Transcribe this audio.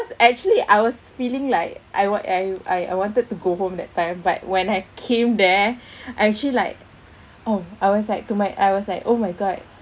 actually I was feeling like I what I I wanted to go home that time but when I came there I actually like oh I was like to my I was like oh my god